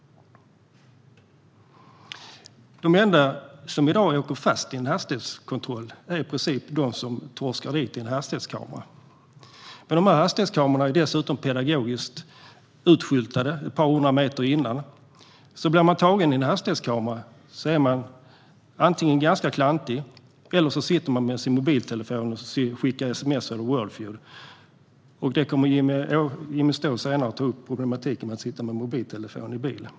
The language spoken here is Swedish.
De enda som i dag åker fast i en hastighetskontroll är i princip de som torskar dit i en hastighetskamera. De här hastighetskamerorna är dessutom pedagogiskt utskyltade ett par hundra meter innan. Blir man "tagen" i en hastighetskamera är man ganska klantig, eller så sitter man med sin mobiltelefon och skickar sms eller spelar Wordfeud. Jimmy Ståhl kommer senare att ta upp problematiken med att sitta med mobiltelefon i bilen.